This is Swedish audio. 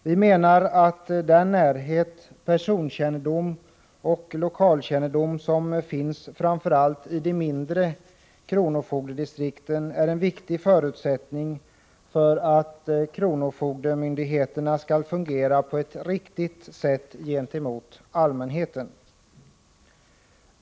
Vi menar att den personkännedom och lokalkännedom som finns framför allt inom de mindre kronofogdedistrikten är en viktig förutsättning för att kronofogdemyndigheterna skall kunna fungera på ett riktigt sätt gentemot allmänheten.